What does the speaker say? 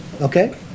okay